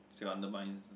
she will undermines